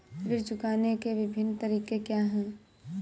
ऋण चुकाने के विभिन्न तरीके क्या हैं?